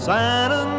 Santa